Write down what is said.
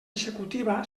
executiva